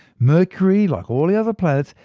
mercury, like all the other planets,